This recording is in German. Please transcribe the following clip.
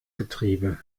getriebe